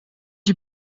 die